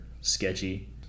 sketchy